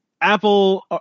Apple